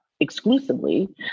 exclusively